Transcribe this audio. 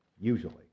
usually